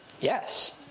Yes